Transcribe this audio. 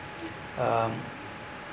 um